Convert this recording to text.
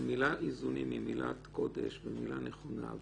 המילה "איזונים" היא מילת קודש ומילה נכונה.